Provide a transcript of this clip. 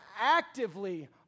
actively